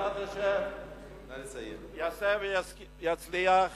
בעזרת השם יעשה ויצליח